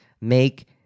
make